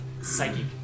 psychic